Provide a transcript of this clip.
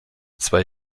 zwei